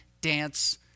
dance